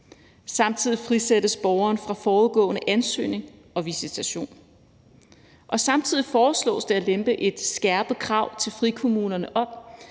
Samtidig frisættes borgeren fra foregående ansøgninger og visitation. Samtidig foreslås det at lempe et skærpet krav til frikommunerne om,